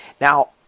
Now